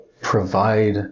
provide